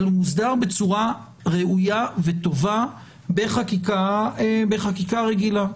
אבל הוא מוסדר בצורה ראויה וטובה בחקיקה רגילה.